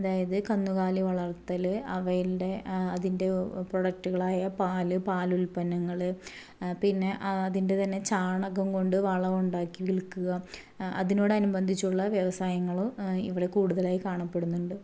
അതായത് കന്നുകാലി വളർത്തല് അവയിൽ അതിൻ്റെ അതിൻ്റെ പ്രൊഡക്ടുകളായ പാല് പാൽ ഉൽപ്പനങ്ങള് പിന്നെ അതിൻ്റെ തന്നെ ചാണകം കൊണ്ട് വളം ഉണ്ടാക്കി വിൽക്കുക അതിനോട് അനുബന്ധിച്ചുള്ള വ്യവസായങ്ങളും ഇവിടെ കൂടുതലായി കാണപ്പെടുന്നുണ്ട്